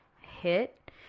hit